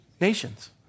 Nations